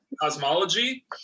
cosmology